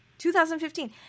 2015